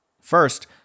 First